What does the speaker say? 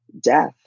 death